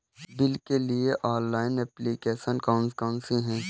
Bill के लिए online application कौन कौन सी हैं?